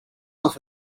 off